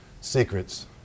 secrets